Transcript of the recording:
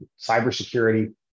cybersecurity